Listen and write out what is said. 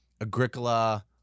Agricola